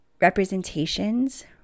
representations